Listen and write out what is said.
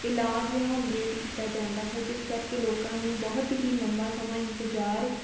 ਇਲਾਜ ਹੈ ਉਹ ਲੇਟ ਕੀਤਾ ਜਾਂਦਾ ਹੈ ਜਿਸ ਕਰਕੇ ਲੋਕਾਂ ਨੂੰ ਬਹੁਤ ਹੀ ਲੰਬਾ ਸਮਾਂ ਇੰਤਜ਼ਾਰ